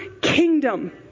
kingdom